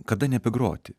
kada nebegroti